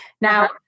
Now